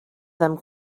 them